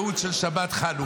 את ההפטרה יקראו אצל שבת חנוכה,